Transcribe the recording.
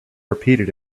repeated